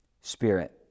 spirit